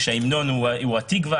וההמנון הוא התקווה,